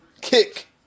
kick